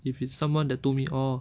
if it's someone that told me orh